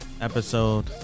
episode